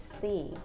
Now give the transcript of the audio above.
see